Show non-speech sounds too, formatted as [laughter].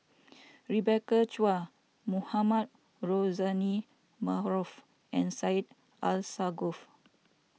[noise] Rebecca Chua Mohamed Rozani Maarof and Syed Alsagoff